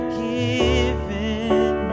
given